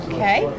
Okay